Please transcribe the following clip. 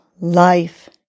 life